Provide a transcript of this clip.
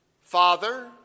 Father